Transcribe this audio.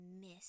miss